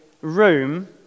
room